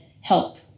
help